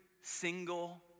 single